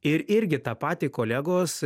ir irgi tą patį kolegos